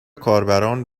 کاربران